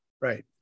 right